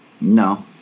No